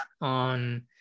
on